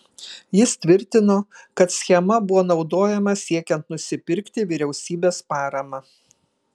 jis tvirtino kad schema buvo naudojama siekiant nusipirkti vyriausybės paramą